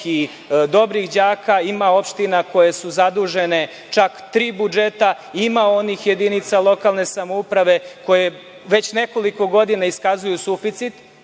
i dobrih đaka, ima opština koje su zadužene čak tri budžeta, ima onih jedinica lokalne samouprave koje već nekoliko godina iskazuju suficit,